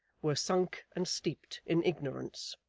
were sunk and steeped in ignorance